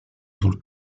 sul